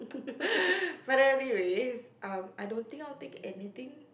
but anyway um I don't think they get anything